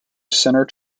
center